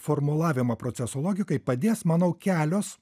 formulavimą proceso logikai padės manau kelios